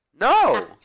No